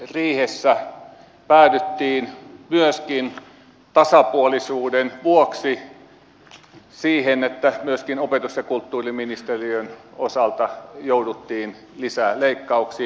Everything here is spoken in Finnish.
kehysriihessä päädyttiin myöskin tasapuolisuuden vuoksi siihen että myöskin opetus ja kulttuuriministeriön osalta jouduttiin lisäleikkauksiin